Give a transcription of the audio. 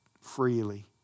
freely